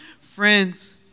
Friends